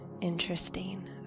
interesting